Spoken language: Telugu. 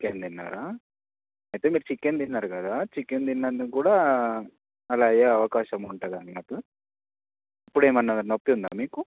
చికెన్ తిన్నారా అయితే మీరు చికెన్ తిన్నారు కదా చికెన్ తిన్నందుకు కూడా అలా అయ్యే అవకాశం ఉంటదన్నమాట ఇప్పుడు ఏమన్నా నొప్పుందా మీకు